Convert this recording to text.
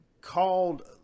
called